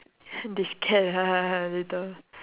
they scared ah later